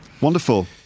wonderful